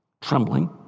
trembling